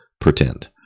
pretend